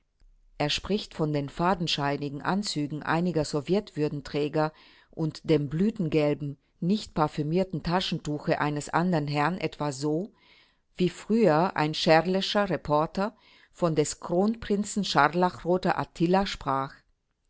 er spricht von den fadenscheinigen anzügen einiger sowjetwürdenträger und dem blütengelben nicht parfümierten taschentuche eines anderen herrn etwa so wie früher ein scherlscher reporter von des kronprinzen scharlachroter attila sprach